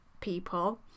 people